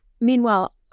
meanwhile